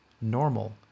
normal